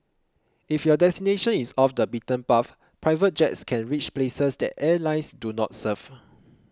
if your destination is off the beaten path private jets can reach places that airlines do not serve